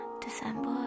December